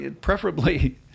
Preferably